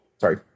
sorry